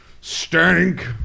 stank